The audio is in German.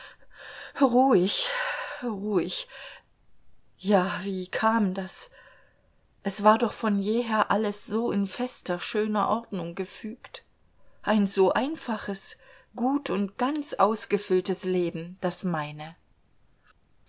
ruhig ruhig ja wie kam das es war doch von jeher alles so in fester schöner ordnung gefügt ein so einfaches gut und ganz ausgefülltes leben das meine